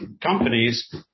companies